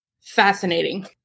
Fascinating